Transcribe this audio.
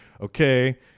okay